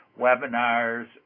webinars